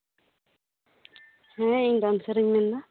ᱦᱮᱸ ᱤᱧ ᱰᱮᱱᱥᱟᱨᱤᱧ ᱢᱮᱱᱫᱟ